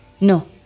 No